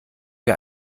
wir